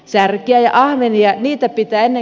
särkiä ja ahvenia